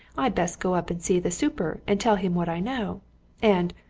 i'd best go up and see the super and tell him what i know and,